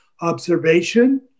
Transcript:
observation